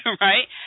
right